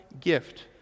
gift